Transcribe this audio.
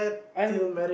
I'm